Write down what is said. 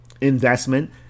investment